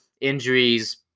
injuries